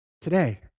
today